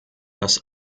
das